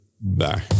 Bye